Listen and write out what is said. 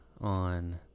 on